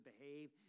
behave